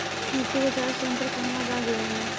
मिटी के जाच सेन्टर कहवा बा बिहार में?